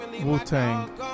Wu-Tang